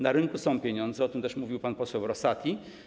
Na rynku są pieniądze, o tym też mówił pan poseł Rosati.